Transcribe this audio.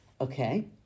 Okay